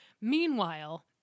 Meanwhile